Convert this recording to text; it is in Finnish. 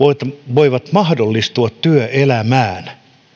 voivat mahdollistua työelämään